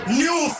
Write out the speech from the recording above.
new